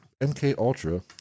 MKUltra